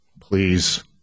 please